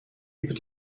über